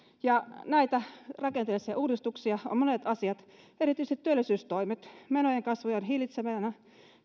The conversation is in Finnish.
ja näitä rakenteellisia uudistuksia ovat monet asiat erityisesti työllisyystoimet menojen kasvun hillitseminen